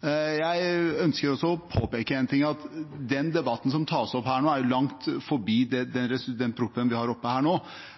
Jeg ønsker også å påpeke at debatten som tas opp her nå, er langt forbi den innstillingen vi har til behandling her nå,